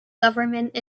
government